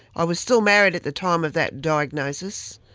i was still married at the time of that diagnosis,